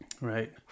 right